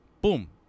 Boom